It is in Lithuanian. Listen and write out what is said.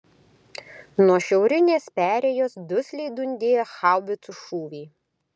nuo šiaurinės perėjos dusliai dundėjo haubicų šūviai